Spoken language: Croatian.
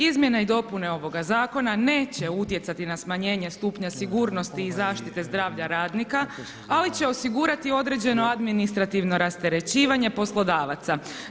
Izmjene i dopune ovoga zakona neće utjecati na smanjenje stupnja sigurnosti i zaštite zdravlja radnika, ali će osigurati određeno administrativno rasterećivanje poslodavaca.